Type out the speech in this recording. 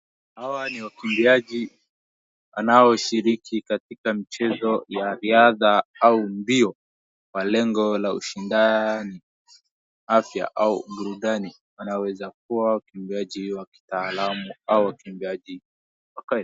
Hawa ni wakimbiaji wanaoshiriki katika michezo ya riadha au mbio kwa lengo la ushindani, afya au burundani. Wanaweza kuwa wakimbiaji wakitaalamu au wakimbiaji wa.